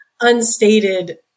unstated